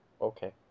okay